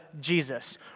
Jesus